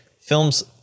films